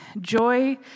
Joy